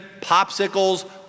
popsicles